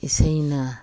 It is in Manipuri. ꯏꯁꯩꯅ